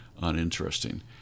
uninteresting